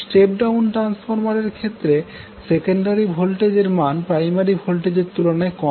step down transformer এর ক্ষেত্রে secondary ভোল্টেজের মান প্রাইমারি ভোল্টেজের তুলনায় কম হয়